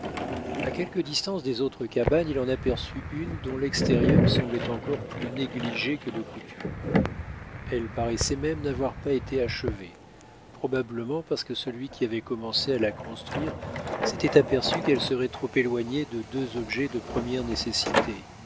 à quelque distance des autres cabanes il en aperçut une dont l'extérieur semblait encore plus négligé que de coutume elle paraissait même n'avoir pas été achevée probablement parce que celui qui avait commencé à la construire s'était aperçu qu'elle serait trop éloignée de deux objets de première nécessité